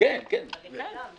אבל לכולם.